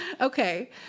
Okay